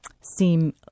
seem